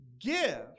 Give